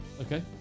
okay